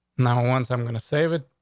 now, once i'm going to save it,